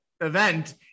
event